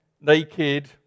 naked